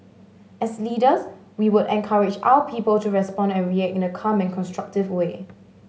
as leaders we would encourage our people to respond and react in a calm and constructive way